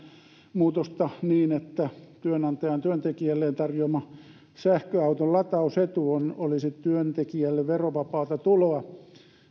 muutosta niin että työnantajan työntekijälleen tarjoama sähköauton latausetu olisi työntekijälle verovapaata tuloa